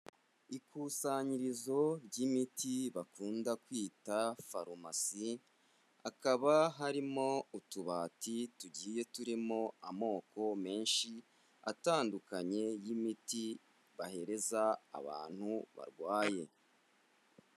Ikusanyirizo ry'imiti bakunda kwita farumasi, hakaba harimo utubati tugiye turimo amoko menshi atandukanye y'imiti bahereza abantu barwaye.